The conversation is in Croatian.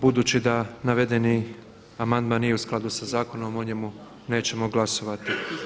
Budući da navedeni amandman nije u skladu sa zakonom o njemu nećemo glasovati.